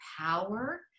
power